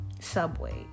subway